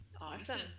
Awesome